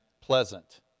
pleasant